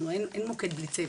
אין מוקד בלי צוות,